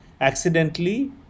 accidentally